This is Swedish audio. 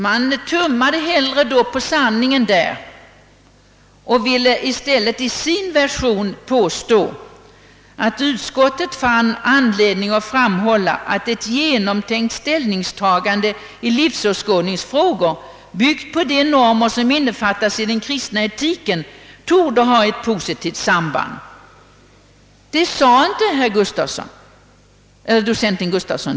De tummade hellre på sanningen och formulerade sin version sålunda, att utskottet finner »anledning framhålla att ett genomtänkt ställningstagande i livsåskådningsfrågor, byggt på de normer som innefattas i den kristna etiken, torde ha ett positivt samband med ansvarsoch pliktmedvetande». Detta sade aldrig docent Gustafsson.